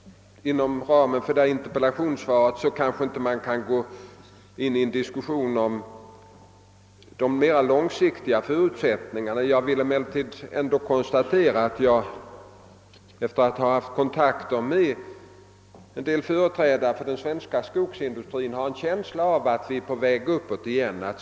Inom ramen för besvarandet av den ställda interpellationen kan man naturligtvis inte gå in i en diskussion om de mera långsiktiga förutsättningarna för den svenska skogsindustrin. Efter kontakter med en del företrädare för denna industri har jag emellertid en känsla av att vi är på väg uppåt igen.